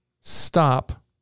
stop